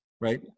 right